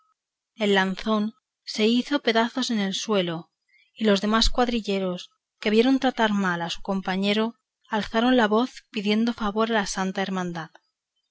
el lanzón se hizo pedazos en el suelo y los demás cuadrilleros que vieron tratar mal a su compañero alzaron la voz pidiendo favor a la santa hermandad